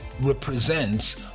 represents